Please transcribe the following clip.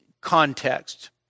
context